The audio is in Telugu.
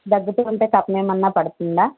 దగ్గుతూ ఉంటే కఫము ఏమైనా పడుతుందా